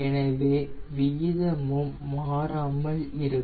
எனவே விகிதமும் மாறாமல் இருக்கும்